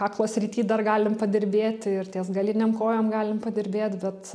kaklo srity dar galim padirbėti ir ties galinėm kojom galim padirbėt bet